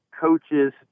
coaches